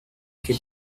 could